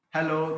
Hello